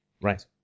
Right